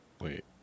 Wait